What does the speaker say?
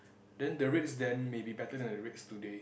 then the rates then may be better than the rates today